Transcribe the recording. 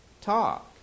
talk